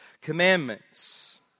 commandments